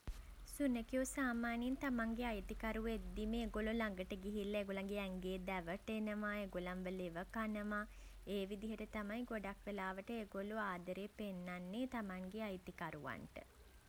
සුනඛයෝ සාමාන්‍යයෙන් තමන්ගේ අයිතිකරුවෝ එද්දිම ඒගොල්ලෝ ළඟට ගිහිල්ලා ඒගොල්ලන්ගේ ඇඟේ දැවටෙනවා. ඒගොල්ලන්ව ලෙව කනවා. ඒ විදිහට තමයි ගොඩක් වෙලාවට ඒගොල්ලෝ ආදරේ පෙන්නන්නේ තමන්ගේ අයිතිකරුවන්ට.